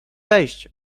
wejść